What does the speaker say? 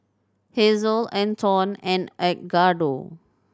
Hazelle Anton and Edgardo